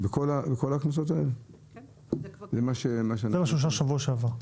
זה מה שאושר בשבוע שעבר.